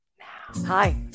Hi